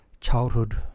childhood